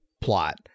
plot